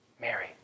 Mary